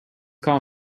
call